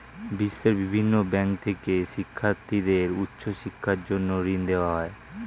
বিশ্বের বিভিন্ন ব্যাংক থেকে শিক্ষার্থীদের উচ্চ শিক্ষার জন্য ঋণ দেওয়া হয়